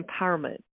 empowerment